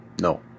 No